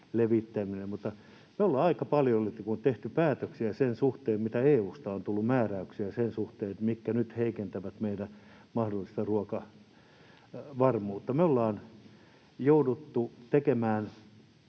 mutta me ollaan aika paljon nyt tehty päätöksiä sen suhteen, mitä EU:sta on tullut määräyksiä, mitkä nyt heikentävät meidän mahdollista ruokavarmuutta. Me ollaan jouduttu tekemään